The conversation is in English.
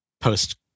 post